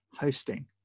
hosting